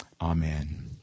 amen